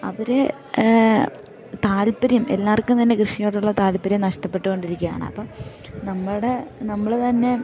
അവർ താല്പര്യം എല്ലാവർക്കും തന്നെ കൃഷിയോടുള്ള താല്പര്യം നഷ്ടപ്പെട്ടു കൊണ്ടിരിക്കുകയാണ് അപ്പം നമ്മുടെ നമ്മൾ തന്നെ